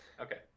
Okay